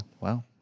Wow